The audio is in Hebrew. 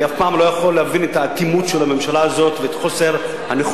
אני אף פעם לא יכול להבין את האטימות של הממשלה הזאת ואת חוסר הנכונות